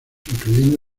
incluyendo